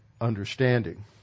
understanding